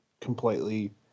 completely